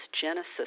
Genesis